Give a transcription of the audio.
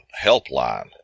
helpline